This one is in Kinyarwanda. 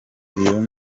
iyo